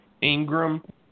Ingram